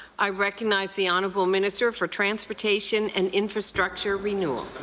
i recognize the honourable minister for transportation and infrastructure renewal.